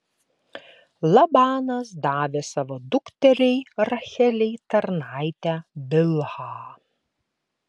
labanas davė savo dukteriai rachelei tarnaitę bilhą